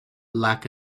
lack